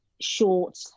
short